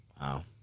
Wow